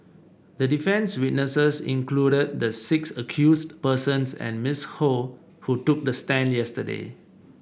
the defence's witnesses included the six accused persons and Ms Ho who took the stand yesterday